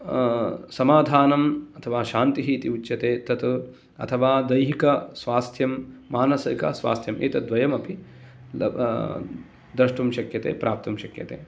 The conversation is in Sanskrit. समाधानम् अथवा शान्तिः इति उच्यते तत अथवा दैहिकस्वास्थ्यं मानसिकस्वास्थ्यम् एतद् द्वयम् अपि दृष्टुं शक्यते प्राप्तुं शक्यते